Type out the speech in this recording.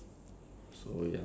it turned out to be bad